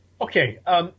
Okay